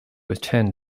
attend